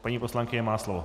Paní poslankyně má slovo.